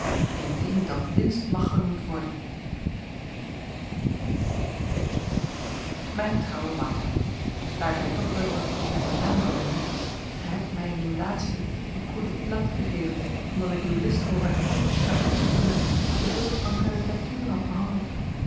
indien dat winst mag genoemd worden mijne trouwe martha daar gij toch wilt dat ik u bij uw naam zal noemen gij hebt mij in uw laatsten een coup de platte gegeven omdat ik l'illustre haubertin naar uw gevoelen wat te veel en caricature had behandeld